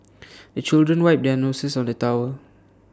the children wipe their noses on the towel